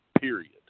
period